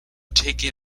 taken